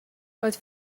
but